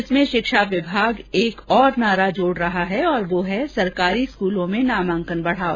इसमें शिक्षा विभाग एक ओर नारा जोड रहा है वो है सरकारी स्कूलों में नामांकन बढाओ